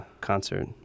concert